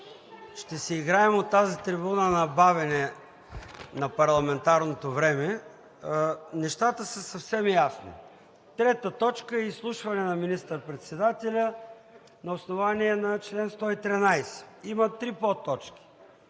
ще си играем от тази трибуна на бавене на парламентарното време. Нещата са съвсем ясни – трета точка е изслушване на министър-председателя на основание чл. 113. Има три подточки